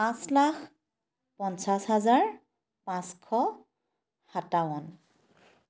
পাঁচ লাখ পঞ্চাছ হাজাৰ পাঁচশ সাতাৱন